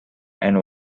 and